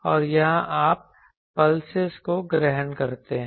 और यहाँ आप पल्सेसको ग्रहण करते हैं